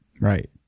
right